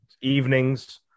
evenings